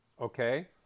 Okay